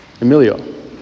emilio